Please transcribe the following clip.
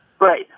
Right